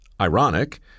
Ironic